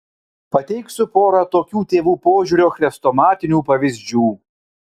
pateiksiu porą tokių tėvų požiūrio chrestomatinių pavyzdžių